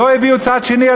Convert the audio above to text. לא הביאו צד שני,